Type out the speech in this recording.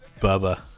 Bubba